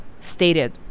stated